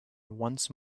once